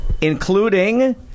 Including